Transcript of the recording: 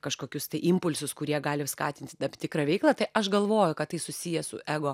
kažkokius tai impulsus kurie gali skatinti tam tikrą veiklą tai aš galvoju kad tai susiję su ego